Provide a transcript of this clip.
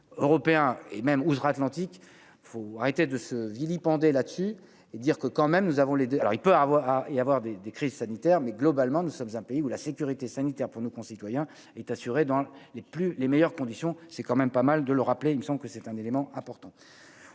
européens et même outre-Atlantique, faut arrêter de se vilipender là-dessus et dire que quand même, nous avons les deux alors il peut avoir à y avoir des des crises sanitaires, mais globalement, nous sommes un pays où la sécurité sanitaire pour nos concitoyens est assurée dans les plus les meilleures conditions, c'est quand même pas mal de le rappeler, il me semble que c'est un élément important.